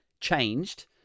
changed